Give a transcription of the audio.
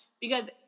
because-